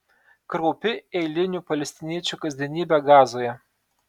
kraupi eilinių palestiniečių kasdienybė gazoje